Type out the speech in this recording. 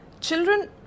Children